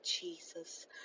jesus